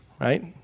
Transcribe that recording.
right